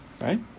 Right